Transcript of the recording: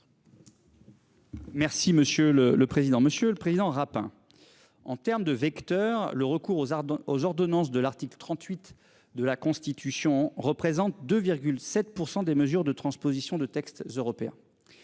Merci monsieur le le président. Monsieur le Président Rapin. En terme de vecteur le recours aux armes aux ordonnances de l'article 38 de la Constitution représente de 7% des mesures de transposition de textes européens.